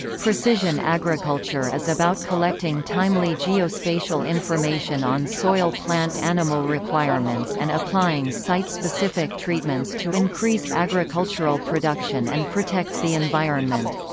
precision agriculture is about collecting timely geospatial information on soil-plant animal requirements and applying site-specific treatments to increase agricultural production and protect the environment.